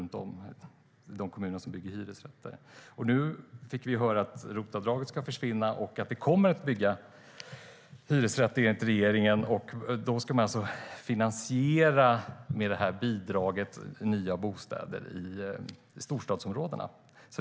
Nu hörde vi att ROT-avdraget ska försvinna och att man enligt regeringen ska bygga hyresrätter. Dessa hyresrätter ska då finansieras med bidraget Nya bostäder i storstadsområdena.